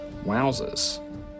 Wowzers